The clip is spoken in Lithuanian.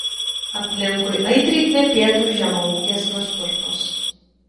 aplinkui aitriai kvepėtų žemaūgės nasturtos